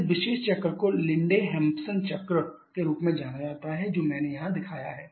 इस विशेष चक्र को लिंडे हैम्पसन चक्र के रूप में जाना जाता है जो मैंने यहां दिखाया है